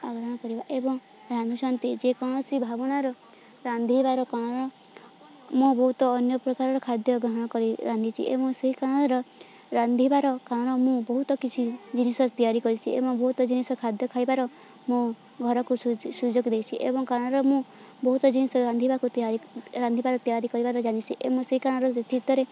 ଆଗ୍ରହଣ କରିବା ଏବଂ ରାନ୍ଧୁଛନ୍ତି ଯେକୌଣସି ଭାବନାର ରାନ୍ଧିବାର କାରଣ ମୁଁ ବହୁତ ଅନ୍ୟ ପ୍ରକାରର ଖାଦ୍ୟ ଗ୍ରହଣ କରି ରାନ୍ଧିଚି ଏବଂ ସେହି କାରାନର ରାନ୍ଧିବାର କାରଣ ମୁଁ ବହୁତ କିଛି ଜିନିଷ ତିଆରି କରିଛି ଏବଂ ବହୁତ ଜିନିଷ ଖାଦ୍ୟ ଖାଇବାର ମୁଁ ଘରକୁ ସୁ ସୁଯୋଗ ଦେଇଛି ଏବଂ କାରାନର ମୁଁ ବହୁତ ଜିନିଷ ରାନ୍ଧିବାକୁ ତିଆରି ରାନ୍ଧିବାର ତିଆରି କରିବାର ଜାନିଛି ଏବଂ ସେଇ କାରଣର ସେତିତତରେ